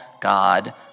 God